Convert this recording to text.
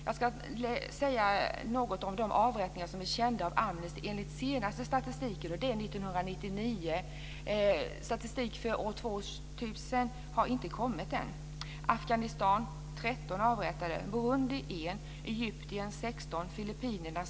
Jag ska säga något om de avrättningar som är kända av Amnesty enligt den senaste statistiken. Den är från 1999. Det har inte kommit någon statistik för år 2000 ännu.